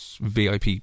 VIP